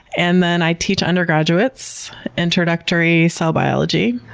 and then i teach undergraduates introductory cell biology.